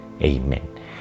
Amen